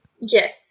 Yes